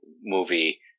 movie